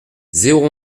zéro